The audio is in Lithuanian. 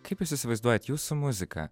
kaip jūs įsivaizduojat jūsų muzika